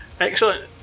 excellent